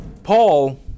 Paul